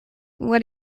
what